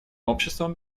обществом